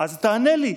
אז תענה לי,